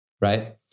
right